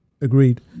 Agreed